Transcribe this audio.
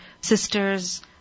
sisters